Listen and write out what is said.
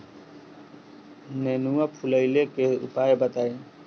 नेनुआ फुलईले के उपाय बताईं?